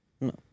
no